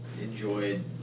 enjoyed